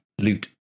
loot